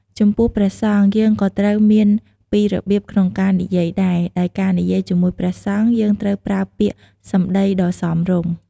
ចំពោះព្រះសង្ឃយើងក៏ត្រូវមានពីរបៀបក្នុងការនិយាយដែរ ដោយការនិយាយជាមួយព្រះសង្ឃយើងត្រូវប្រើពាក្យសំដីដ៏សមរម្យ។